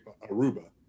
Aruba